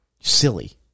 Silly